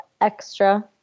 extra